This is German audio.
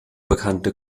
bekannte